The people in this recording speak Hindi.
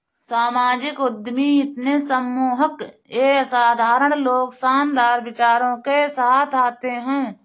सामाजिक उद्यमी इतने सम्मोहक ये असाधारण लोग शानदार विचारों के साथ आते है